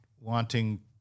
wanting